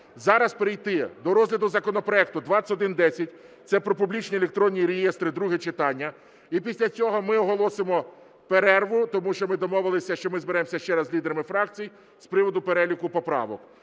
зараз перейти до розгляду законопроекту 2110, це про публічні електронні реєстри (друге читання). І після цього ми оголосимо перерву, тому що ми домовилися, що ми зберемося ще раз з лідерами фракцій з приводу переліку поправок.